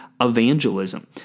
evangelism